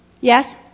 Yes